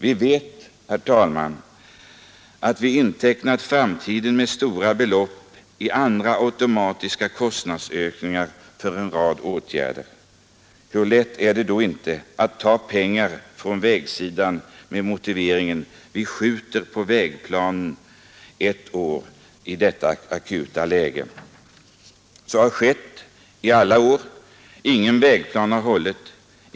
Vi vet, herr talman, att vi har intecknat framtiden med stora belopp i andra automatiska kostnadsökningar för en rad åtgärder. Hur lätt är det då inte att ta pengar från vägsidan med motiveringen: ”Vi skjuter på vägplanen ett år i detta akuta läge”? Så har skett i alla år. Ingen vägplan har hållit.